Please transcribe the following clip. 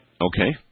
Okay